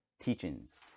teachings